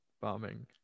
bombing